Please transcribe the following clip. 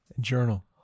Journal